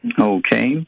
Okay